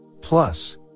Plus